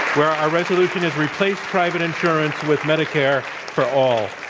where our resolution is replace private insurance with medicare for all,